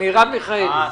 מרב מיכאלי.